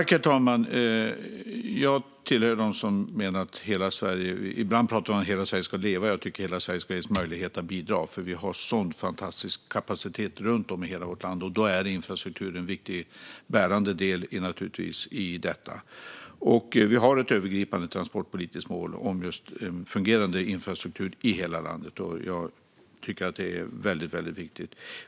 Herr talman! Ibland pratar man om att hela Sverige ska leva. Jag hör till dem som tycker att hela Sverige ska ges möjlighet att bidra. Vi har en sådan fantastisk kapacitet runt om i hela vårt land, och infrastruktur är en viktig bärande del i detta. Vi har ett övergripande transportpolitiskt mål om just fungerande infrastruktur i hela landet. Jag tycker att det är väldigt viktigt.